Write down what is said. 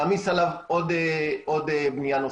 להעמיס עליו עוד בנייה נוספת.